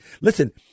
Listen